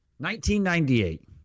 1998